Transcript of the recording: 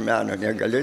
meno negali